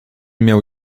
miał